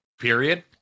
period